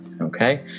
okay